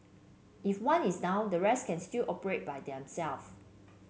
if one is down the rest can still operate by themselves